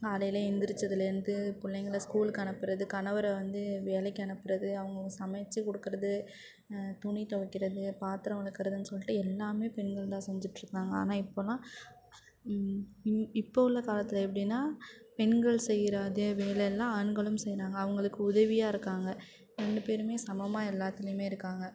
காலையில் எழுந்திரிச்சதுலேந்து பிள்ளைங்கள ஸ்கூலுக்கு அனுப்புவது கணவரை வந்து வேலைக்கு அனுப்புவது அவங்களுக்கு சமைச்சு கொடுக்கறது துணி துவைக்கிறது பாத்திரம் விளக்குறதுனு சொல்லிட்டு எல்லாமே பெண்கள்தான் செஞ்சுட்ருந்தாங்க ஆனால் இப்போலாம் இம் இப்போ உள்ள காலத்தில் எப்படினா பெண்கள் செய்கிற அதே வேலைலாம் ஆண்களும் செய்கிறாங்க அவர்களுக்கு உதவியாக இருக்காங்க ரெண்டு பேரும் சமமாக எல்லாத்துலையுமே இருக்காங்க